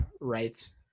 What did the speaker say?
right